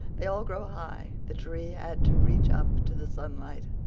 they all grow high the tree had to reach up to the sunlight.